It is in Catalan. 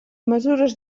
mesures